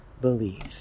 believe